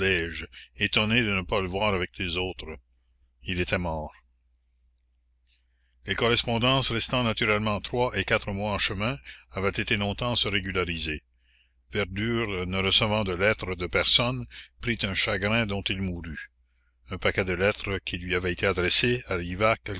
étonnée de ne pas le voir avec les autres il était mort les correspondances restant naturellement trois et quatre mois en chemin avaient été longtemps à se régulariser verdure ne recevant de lettres de personne prit un chagrin dont il mourut un paquet de lettres qui lui avaient été adressées